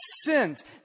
sins